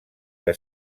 que